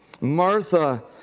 Martha